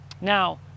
Now